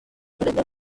credo